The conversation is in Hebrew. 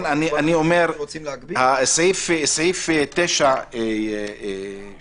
אני לא יכול להסביר לעצמי מדוע בן אדם לא